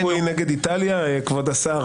יש משחק צפוי נגד איטליה, כבוד השר?